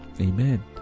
Amen